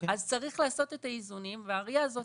אז צריך לעשות את האיזונים והריא הזאת